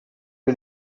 que